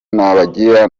nabagira